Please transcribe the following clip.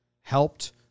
helped